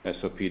SOP